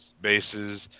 bases